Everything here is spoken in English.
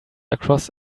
across